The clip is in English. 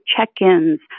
check-ins